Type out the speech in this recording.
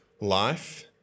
life